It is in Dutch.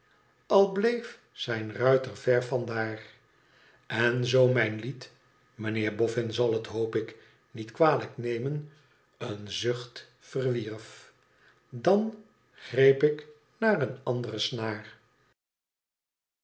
al bleef zijn ruiter ver vandaar en zoo mijn lied meneer bofün zal t hoop ik niet kwalijk nemen een zucht verwierf dan greep ik naar een andre snaar